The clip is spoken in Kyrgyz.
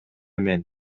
мен